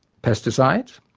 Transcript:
pesticides?